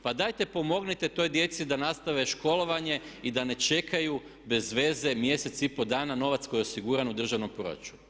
Pa dajte pomognite toj djeci da nastave školovanje i da ne čekaju bez veze mjesec i pol dana novac koji je osiguran u državnom proračunu.